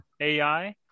AI